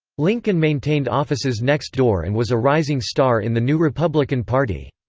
lincoln maintained offices next door and was a rising star in the new republican party.